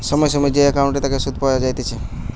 সময় সময় যে একাউন্টের তাকে সুধ পাওয়া যাইতেছে